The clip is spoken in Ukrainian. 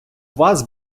вас